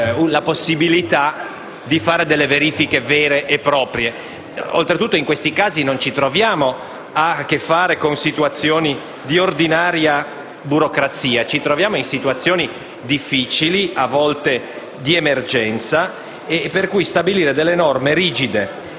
la possibilità di fare delle verifiche vere e proprie. Oltretutto, in questi casi non ci troviamo a che fare con situazioni di ordinaria burocrazia, ma con situazioni difficili, a volte di emergenza, e non credo sia positivo stabilire norme rigide